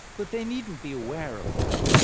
but they needn't be aware of that.